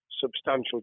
substantial